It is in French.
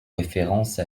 référence